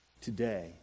today